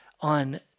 on